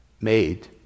made